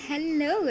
Hello